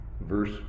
verse